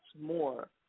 more